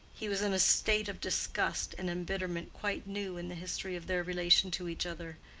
he was in a state of disgust and embitterment quite new in the history of their relation to each other.